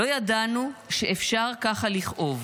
לא ידענו שאפשר ככה לכאוב.